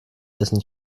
dessen